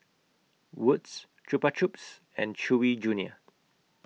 Wood's Chupa Chups and Chewy Junior